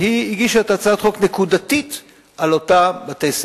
והיא הגישה את הצעת החוק נקודתית על אותם בתי-הספר,